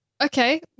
Okay